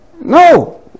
No